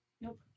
Nope